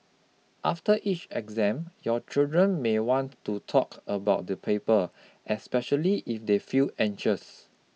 after each exam your children may want to talk about the paper especially if they feel anxious